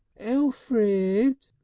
elfrid!